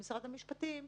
במשרד המשפטים,